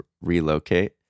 relocate